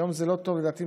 היום זה לא טוב לדעתי,